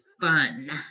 fun